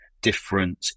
different